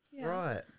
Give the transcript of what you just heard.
Right